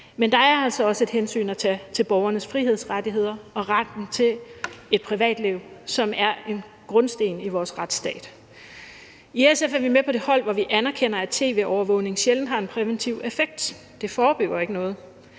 men der er altså også et hensyn at tage til borgernes frihedsrettigheder og retten til et privatliv, som er en grundsten i vores retsstat. I SF er vi med på det hold, der anerkender, at tv-overvågning sjældent har en præventiv effekt – det forebygger ikke noget.